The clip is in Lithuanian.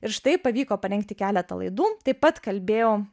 ir štai pavyko parengti keletą laidų taip pat kalbėjau